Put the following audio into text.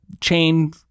chain